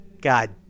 God